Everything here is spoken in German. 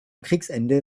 kriegsende